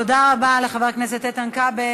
תודה רבה לחבר הכנסת איתן כבל.